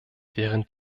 während